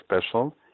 special